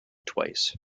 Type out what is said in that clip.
twice